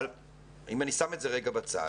אבל אם אני שם את זה רגע בצד,